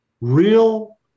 Real